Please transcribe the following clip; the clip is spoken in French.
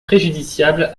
préjudiciable